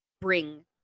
bring